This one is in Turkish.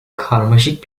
karmaşık